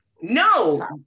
No